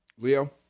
Leo